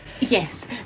Yes